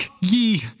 ye